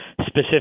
specific